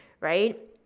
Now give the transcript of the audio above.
right